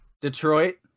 detroit